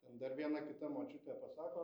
ten dar viena kita močiutė pasako